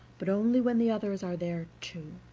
but only when the others are there too